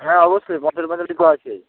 হ্যাঁ অবশ্যই পথের পাঁচালি তো আছে